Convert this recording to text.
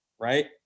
right